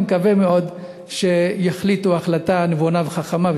אני מקווה מאוד שיחליטו החלטה נבונה וחכמה,